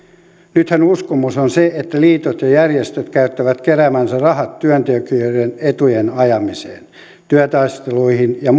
nythän uskomus on se että liitot ja järjestöt käyttävät keräämänsä rahat työntekijöiden etujen ajamiseen työtaisteluihin ja